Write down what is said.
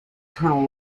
eternal